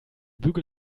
bügel